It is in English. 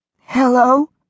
Hello